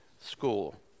school